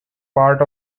part